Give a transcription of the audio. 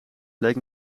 bleek